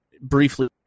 briefly